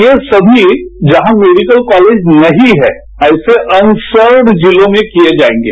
ये सभी जहां मेडिकल कॉलेज नहीं है ऐसे अनसर्वड जिलों में किए जाएंगे